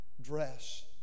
dress